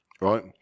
right